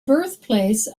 birthplace